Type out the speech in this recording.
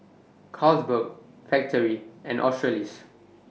Carlsberg Factorie and Australis